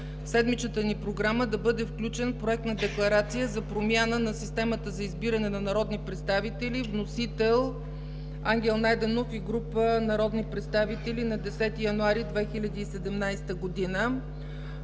седмичната ни Програма да бъде включен Проект за декларация за промяна на системата за избиране на народни представители, внесен от Ангел Найденов и група народни представители на 10 януари 2017 г.